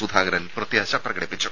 സുധാകരൻ പ്രത്യാശ പ്രകടിപ്പിച്ചു